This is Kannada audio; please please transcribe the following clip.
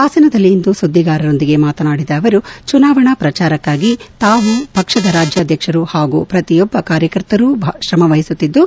ಹಾಸನದಲ್ಲಿಂದು ಸುದ್ದಿಗಾರರೊಂದಿಗೆ ಮಾತನಾಡಿದ ಅವರು ಚುನಾವಣಾ ಪ್ರಚಾರಕ್ಷಾಗಿ ತಾವು ಪಕ್ಷದ ರಾಜ್ಯಾಧ್ಯಕ್ಷರು ಹಾಗೂ ಪ್ರತಿಯೊಬ್ಬ ಕಾರ್ಯಕರ್ತರೂ ಶ್ರಮ ವಹಿಸುತ್ತಿದ್ದು